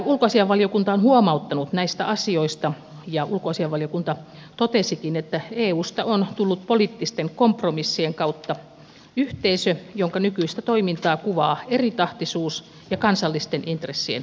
ulkoasiainvaliokunta on huomauttanut näistä asioista ja ulkoasiainvaliokunta totesikin että eusta on tullut poliittisten kompromissien kautta yhteisö jonka nykyistä toimintaa kuvaa eritahtisuus ja kansallisten intressien korostuminen